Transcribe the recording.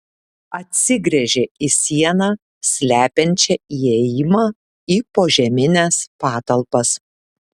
atsigręžė į sieną slepiančią įėjimą į požemines patalpas